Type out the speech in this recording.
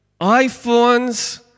iPhones